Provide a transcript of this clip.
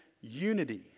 unity